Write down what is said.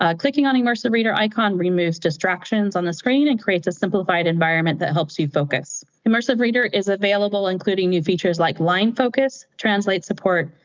ah clicking on immersive reader icon removes distractions on the screen and creates a simplified environment that helps you focus. immersive reader is available including new features like line focus, translate support,